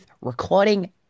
recording